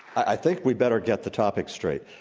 i think we better get the topic straight.